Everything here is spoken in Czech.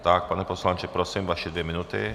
Tak pane poslanče, prosím vaše dvě minuty.